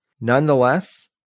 Nonetheless